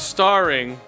Starring